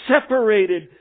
separated